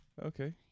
Okay